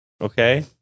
okay